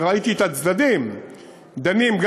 וראיתי את הצדדים דנים,